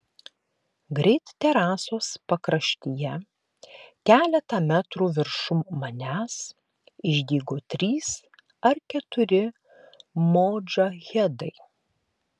greit terasos pakraštyje keletą metrų viršum manęs išdygo trys ar keturi modžahedai